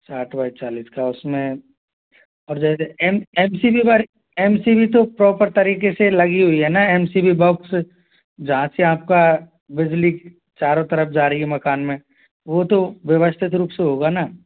साठ बाई चालीस का उसमे present M M C B M C B तो प्रॉपर तरीके से लगी हुई है ना एम सी बी बॉक्स जहाँ से आपका बिजली चारों तरफ जा रही है मकान में वो तो व्यवस्थित रूप से होगा ना